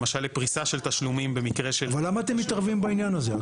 למשל לפריסה של תשלומים במקרה של --- אבל למה אתם מתערבים בעניין הזה,